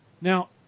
Now